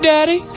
Daddy